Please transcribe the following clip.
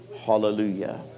Hallelujah